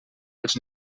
els